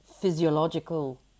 physiological